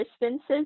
distances